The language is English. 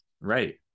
Right